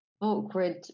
awkward